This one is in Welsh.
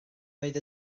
oedd